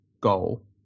goal